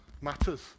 matters